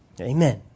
Amen